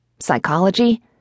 Psychology